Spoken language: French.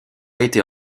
été